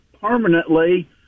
permanently